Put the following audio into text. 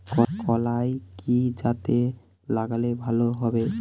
কলাই কি জাতে লাগালে ভালো হবে?